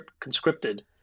conscripted